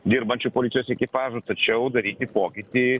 dirbančių policijos ekipažų tačiau daryti pokytį